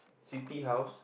city house